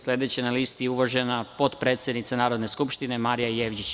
Sledeća na listi je uvažena potpredsednica Narodne skupštine, Marija Jevđić.